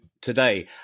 today